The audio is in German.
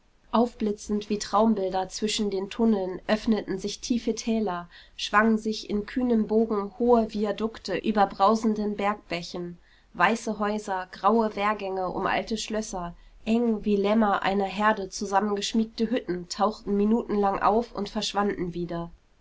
aufblitzend wie traumbilder zwischen den tunneln öffneten sich tiefe täler schwangen sich in kühnem bogen hohe viadukte über brausenden bergbächen weiße häuser graue wehrgänge um alte schlösser eng wie lämmer einer herde zusammengeschmiegte hütten tauchten minutenlang auf und verschwanden wieder